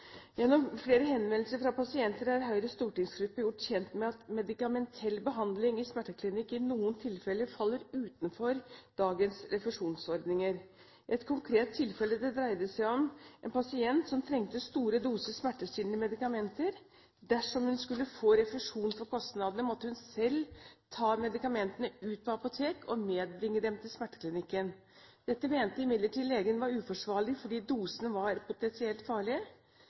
Gjennom flere henvendelser fra pasienter er Høyres stortingsgruppe gjort kjent med at medikamentell behandling i smerteklinikk i noen tilfeller faller utenfor dagens refusjonsordninger. Et konkret tilfelle dreide seg om en pasient som trengte store doser smertestillende medikamenter. Dersom hun skulle få refusjon for kostnadene, måtte hun selv ta medikamentene ut på apotek og medbringe dem til smerteklinikken. Dette mente imidlertid legen var uforsvarlig, fordi dosene var potensielt farlige.